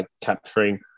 capturing